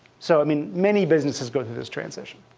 so i mean, many businesses go through this transition.